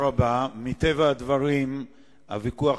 מבחינתם,